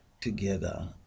together